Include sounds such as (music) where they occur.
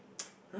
(noise)